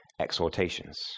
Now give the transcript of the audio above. exhortations